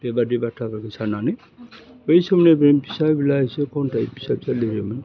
बेबायदि बाथ्राफोरखौ सानानै बै समनि बेनि फिसा बिला एसे खन्थाइ फिसा फिसा लिरोमोन